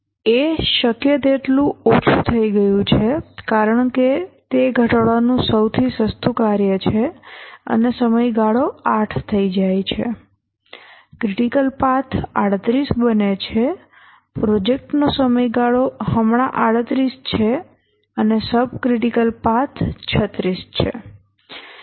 A શક્ય તેટલું ઓછું થઈ ગયું છે કારણ કે તે ઘટાડવાનું સૌથી સસ્તું કાર્ય છે અને સમયગાળો 8 થઈ જાય છે ક્રિટિકલ પાથ 38 બને છે પ્રોજેક્ટનો સમયગાળો હમણાં 38 છે અને સબ ક્રિટિકલ પાથ 36 છે